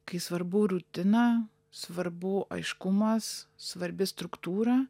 kai svarbu rutina svarbu aiškumas svarbi struktūra